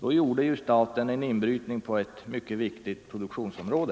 Då skulle ju staten göra en inbrytning på ett mycket viktigt produktionsområde.